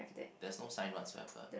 there's no sign whatsoever